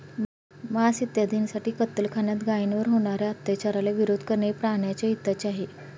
मांस इत्यादींसाठी कत्तलखान्यात गायींवर होणार्या अत्याचाराला विरोध करणे हे प्राण्याच्या हिताचे आहे